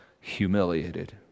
humiliated